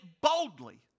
boldly